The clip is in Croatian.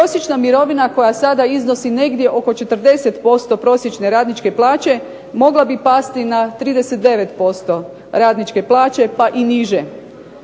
prosječna mirovina koja sada iznosi negdje oko 40% prosječne radničke plaće, mogla bi pasti na 39% radničke plaće, pa i niže.